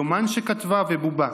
יומן שכתבה ובובה.